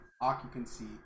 occupancy